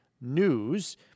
news